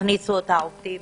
תכניסו את העובדים